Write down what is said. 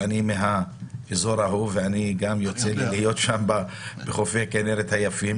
אני מאזור ההוא, וגם אני נמצא בחופי הכינרת היפים.